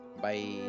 Bye